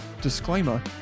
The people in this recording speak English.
disclaimer